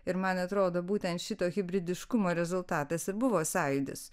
ir man atrodo būtent šito hibridiškumo rezultatas ir buvo sąjūdis